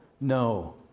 no